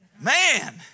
man